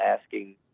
asking